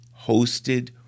hosted